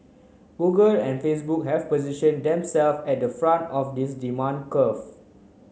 Google and Facebook have positioned themselves at the front of this demand curve